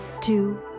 two